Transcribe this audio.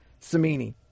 Samini